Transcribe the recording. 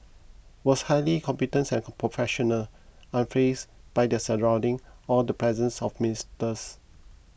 was highly competent and professional unfazed by their surrounding or the presence of the ministers